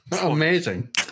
Amazing